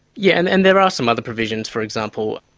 yeah, and and there are some other provisions for example,